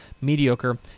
mediocre